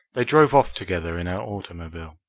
they drove off together in her automobile.